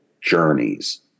journeys